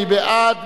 מי בעד?